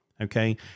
Okay